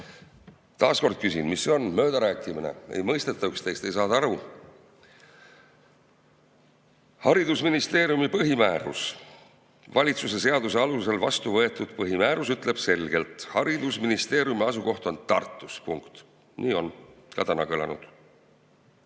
Taas kord küsin, mis see on. Möödarääkimine? Ei mõisteta üksteist, ei saada aru? Haridusministeeriumi põhimäärus, valitsuse seaduse alusel vastu võetud põhimäärus ütleb selgelt, et haridusministeeriumi asukoht on Tartus. Punkt. Nii on ka täna kõlanud.